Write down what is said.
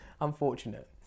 unfortunate